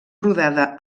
rodada